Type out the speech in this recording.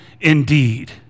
indeed